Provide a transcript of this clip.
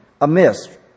amiss